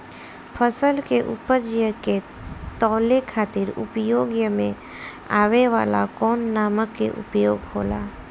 फसल के उपज के तौले खातिर उपयोग में आवे वाला कौन मानक के उपयोग होला?